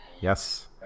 Yes